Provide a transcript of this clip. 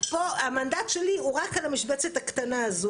המנדט שלי הוא רק על המשבצת הקטנה הזו".